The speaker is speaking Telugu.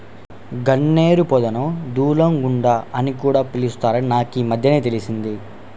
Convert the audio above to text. గన్నేరు పొదను దూలగుండా అని కూడా పిలుత్తారని నాకీమద్దెనే తెలిసింది